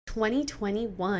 2021